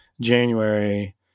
January